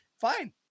Fine